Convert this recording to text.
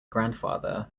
grandfather